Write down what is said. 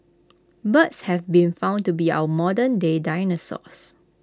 birds have been found to be our modernday dinosaurs